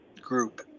group